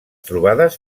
trobades